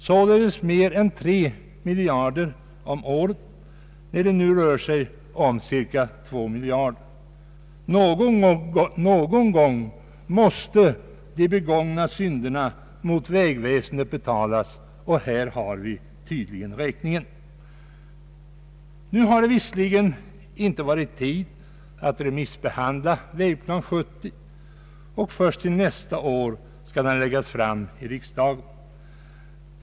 Det betyder mer än 3 miljarder kronor om året, medan det nu rör sig om cirka 2 miljarder. Någon gång måste de begångna synderna mot vägväsendet betalas, och här har vi tydligen räkningen. Nu har det visserligen inte varit tid att remissbehandla Vägplan 70. Först till nästa år skall den läggas fram i riksdagen.